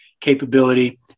capability